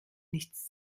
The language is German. nichts